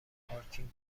پارکینگ